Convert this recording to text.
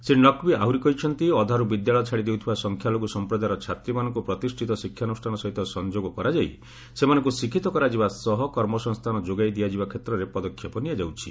ଶ୍ରୀ ନକ୍ଭି ଆହୁରି କହିଛନ୍ତି ଅଧାରୁ ବିଦ୍ୟାଳୟ ଛାଡି ଦେଉଥିବା ସଂଖ୍ୟାଲଘୁ ସମ୍ପ୍ରଦାୟର ଛାତ୍ରୀମାନଙ୍କୁ ପ୍ରତିଷ୍ଠିତ ଶିକ୍ଷାନ୍ରଷାନ ସହିତ ସଂଯୋଗ କରାଯାଇ ସେମାନଙ୍କ ଶିକ୍ଷିତ କରାଯିବା ସହ କର୍ମସଂସ୍ଥାନ ଯୋଗାଇ ଦିଆଯିବା ଷେତ୍ରରେ ପଦକ୍ଷେପ ନିଆଯାଉଛି